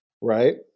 right